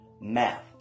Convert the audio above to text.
math